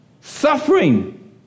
Suffering